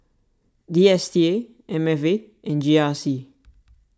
D S T A M F A and G R C